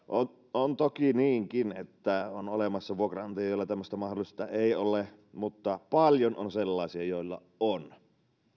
on toki niinkin että on olemassa vuokranantajia joilla tämmöistä mahdollisuutta ei ole mutta paljon on sellaisia joilla on